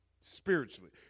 spiritually